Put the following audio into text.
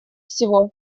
всего